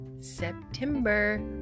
September